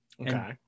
okay